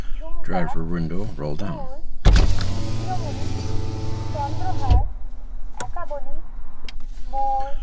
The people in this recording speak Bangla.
ঝুমকা দুল শিরোমণি চন্দ্রহাড় একাবলি মোড়